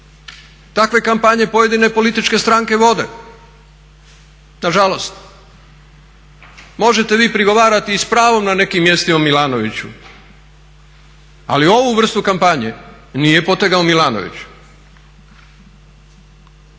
Takve kampanje pojedine političke stranke vode, nažalost. Možete vi prigovarati, i s pravom, na nekim mjestima Milanoviću ali ovu vrstu kampanje nije potegao Milanović.